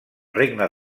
regne